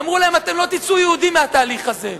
אמרו להם: אתם לא תצאו יהודים מהתהליך הזה.